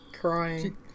crying